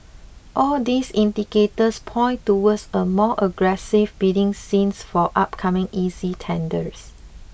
all these indicators point towards a more aggressive bidding scene for upcoming E C tenders